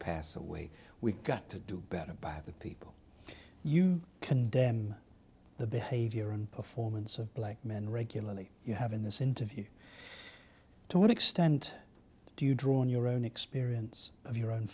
pass away we've got to do better by the people you condemn the behavior and performance of black men regularly you have in this interview to what extent do you draw on your own experience of your own